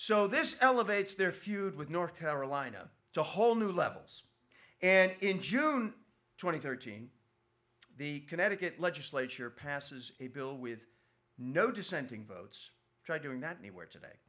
so this elevates their feud with north carolina to a whole new levels and in june twenty third team the connecticut legislature passes a bill with no dissenting votes try doing that anywhere today